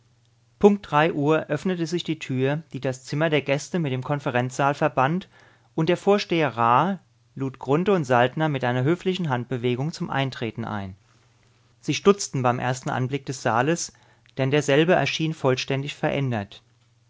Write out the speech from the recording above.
punkt drei uhr öffnete sich die tür die das zimmer der gäste mit dem konferenzsaal verband und der vorsteher ra lud grunthe und saltner mit einer höflichen handbewegung zum eintreten ein sie stutzten beim ersten anblick des saales denn derselbe erschien vollständig verändert